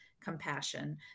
compassion